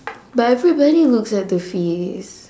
but everybody looks at the face